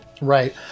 Right